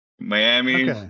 Miami